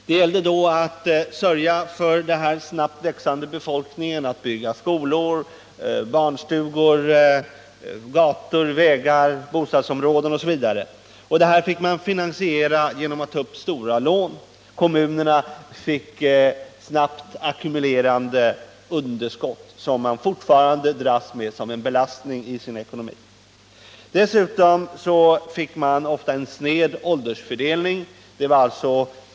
Det gällde då att sörja för den snabbt växande befolkningen: att bygga skolor, barnstugor, gator, vägar, bostadsområden m.m. Det hela fick finansieras genom stora lån. Kommunerna fick snabbt ackumulerade underskott, som fortfarande belastar deras ekonomi. Dessutom fick man ofta en sned åldersfördelning.